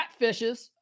catfishes